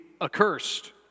accursed